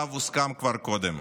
שעליו הוסכם כבר קודם.